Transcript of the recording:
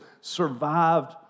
survived